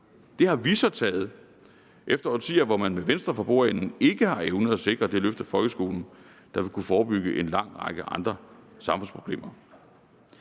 det har vi så taget efter årtier, hvor man med Venstre for bordenden ikke har evnet at sikre det løft af folkeskolen, der ville kunne forebygge en lang række andre samfundsproblemer.